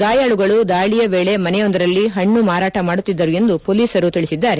ಗಾಯಾಳುಗಳು ದಾಳಿಯ ವೇಳೆ ಮನೆಯೊಂದರಲ್ಲಿ ಹಣ್ಣು ಮಾರಾಟ ಮಾಡುತ್ತಿದ್ದರು ಎಂದು ಪೊಲೀಸರು ತಿಳಿಸಿದ್ದಾರೆ